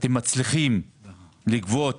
שאתם מצליחים לגבות